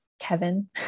Kevin